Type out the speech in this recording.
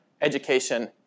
education